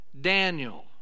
Daniel